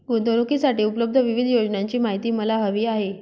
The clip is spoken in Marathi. गुंतवणूकीसाठी उपलब्ध विविध योजनांची माहिती मला हवी आहे